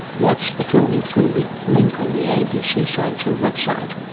watch the film through the link on the abc science show website.